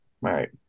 right